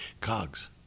Cogs